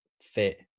fit